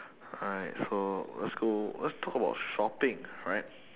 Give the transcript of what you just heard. alright so let's go let's talk about shopping alright